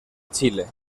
chile